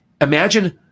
Imagine